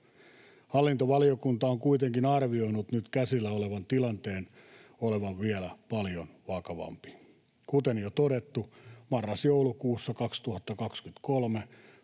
Hallintovaliokunta on kuitenkin arvioinut nyt käsillä olevan tilanteen olevan vielä paljon vakavampi. Kuten jo todettu, marras—joulukuussa 2023